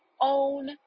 own